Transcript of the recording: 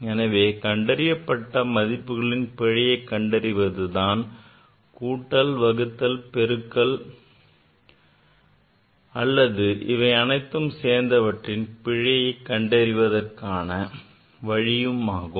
எனவே கண்டறியப்பட்ட மதிப்புகளின் பிழையை கண்டறிவதுதான் கூட்டல் கழித்தல் வகுத்தல் பெருக்கல் அல்லது இவை அனைத்தும் சேர்ந்த இவற்றின் பிழையை கண்டறியும் விழிமுறையாகும்